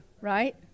right